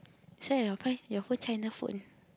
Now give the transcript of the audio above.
that's why your phone your phone China phone